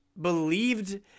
believed